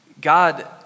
God